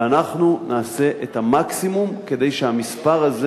ואנחנו נעשה את המקסימום כדי שהמספר הזה